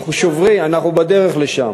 אנחנו שוברים, אנחנו בדרך לשם.